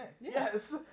Yes